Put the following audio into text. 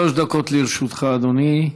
שלוש דקות לרשותך, אדוני.